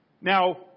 Now